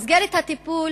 מסגרת הטיפול